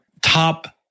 top